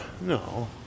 No